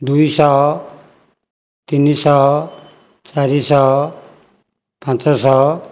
ଦୁଇଶହ ତିନିଶହ ଚାରିଶହ ପାଞ୍ଚଶହ